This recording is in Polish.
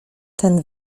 ten